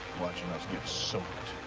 watchin' us get soaked.